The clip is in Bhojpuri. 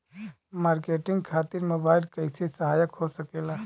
मार्केटिंग खातिर मोबाइल कइसे सहायक हो सकेला?